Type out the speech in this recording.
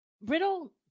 Riddle